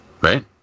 Right